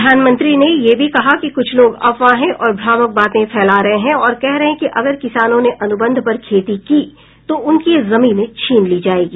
प्रधानमंत्री ने यह भी कहा कि कुछ लोग अफवाहें और भ्रामक बातें फैला रहे हैं और कह रहे हैं कि अगर किसानों ने अनुबंध पर खेती की तो उनकी जमीन छीन ली जाएगी